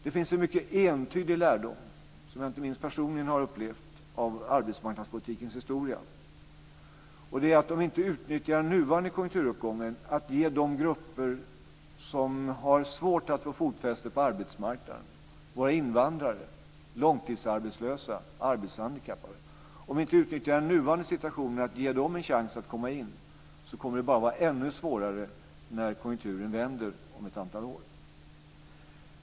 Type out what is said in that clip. Det finns en mycket entydig lärdom som jag inte minst personligen har upplevt av arbetsmarknadspolitikens historia, och det är att om vi inte utnyttjar den nuvarande konjunkturuppgången för att ge de grupper som har svårt att få fotfäste på arbetsmarknaden - våra invandrare, långtidsarbetslösa, arbetshandikappade - en chans att komma in så kommer det bara att vara ännu svårare när konjunkturen vänder om ett antal år.